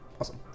awesome